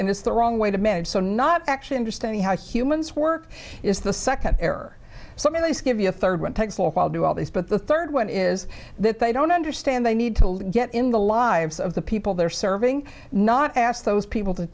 and it's the wrong way to manage so not actually understanding how humans work is the second error something like give you a third one takes a while do all these but the third one is that they don't understand they need to let you get in the lives of the people they're serving not ask those people to